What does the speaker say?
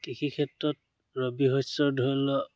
কৃষি ক্ষেত্ৰত ৰবি শস্যৰ ধৰি